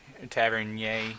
Tavernier